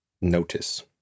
Notice